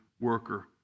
worker